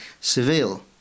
Seville